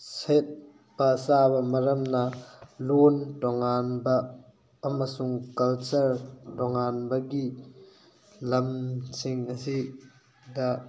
ꯁꯦꯠꯄ ꯆꯥꯕ ꯃꯔꯝꯅ ꯂꯣꯟ ꯇꯣꯉꯥꯟꯕ ꯑꯃꯁꯨꯡ ꯀꯜꯆꯔ ꯇꯣꯉꯥꯟꯕꯒꯤ ꯂꯝꯁꯤꯡ ꯑꯁꯤꯗ